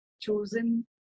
chosen